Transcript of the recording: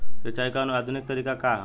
सिंचाई क आधुनिक तरीका का ह?